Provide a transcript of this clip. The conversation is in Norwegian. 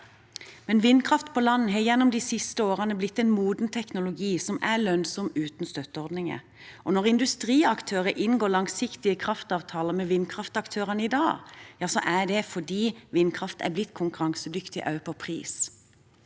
men vindkraft på land har gjennom de siste årene blitt en moden teknologi som er lønnsom uten støtteordninger. Når industriaktører inngår langsiktige kraftavtaler med vindkraftaktørene i dag, er det fordi vindkraft er blitt konkurransedyktig også på pris.